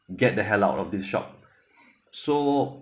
get the hell out of this shop so